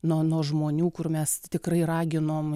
nuo žmonių kur mes tikrai raginom